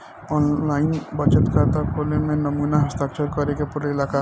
आन line बचत खाता खोले में नमूना हस्ताक्षर करेके पड़ेला का?